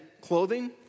clothing